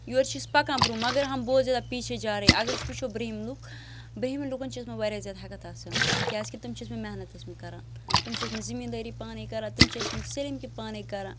یورٕ چھِ أسۍ پَکان برٛونٛہہ مگر ہم بہت زیادہ پیچھے جا رہے ہے اَگر أسۍ وُچھو برٛونٛہِم لُکھ برٛونٛہِم لوٗکن چھِ ٲسمٕژ واریاہ زیٛادٕ ہٮ۪کتھ آسان کیٛازِکہِ تِم چھِ ٲسمٕتۍ محنت کَران تِم چھِ ٲسمٕتۍ زٔمیٖنٛدٲری پانے کَران تِم چھِ ٲسمٕتۍ سٲلِم کٲم پانےَ کَران